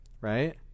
Right